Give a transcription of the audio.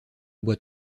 boit